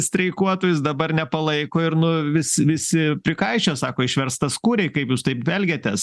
streikuotojus dabar nepalaiko ir nu vis visi prikaišioja sako išverstaskūriai kaip jūs taip elgiatės